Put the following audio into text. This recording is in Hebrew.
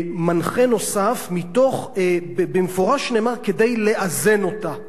מנחה נוסף מתוך, במפורש נאמר: כדי לאזן אותה,